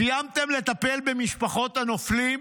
סיימתם לטפל במשפחות הנופלים?